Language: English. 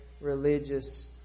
religious